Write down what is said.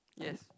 yes